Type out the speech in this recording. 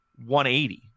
180